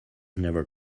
never